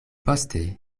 poste